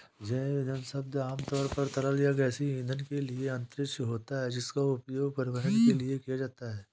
जैव ईंधन शब्द आमतौर पर तरल या गैसीय ईंधन के लिए आरक्षित होता है, जिसका उपयोग परिवहन के लिए किया जाता है